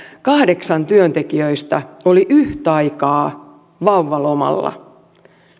kahdeksan työntekijöistä oli yhtaikaa vauvalomalla